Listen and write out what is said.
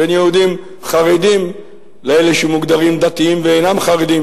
בין יהודים חרדים לאלה שמוגדרים דתיים ואינם חרדים,